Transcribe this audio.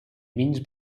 means